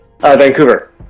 Vancouver